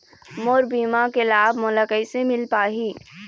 मोर बीमा के लाभ मोला कैसे मिल पाही?